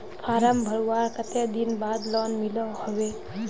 Form भरवार कते दिन बाद लोन मिलोहो होबे?